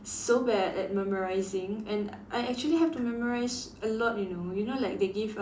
so bad at memorising and I actually have to memorise a lot you know you know like they give um